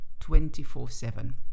24-7